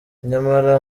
nyamara